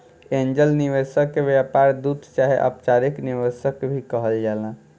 angel निवेशक के व्यापार दूत चाहे अपचारिक निवेशक भी कहल जाला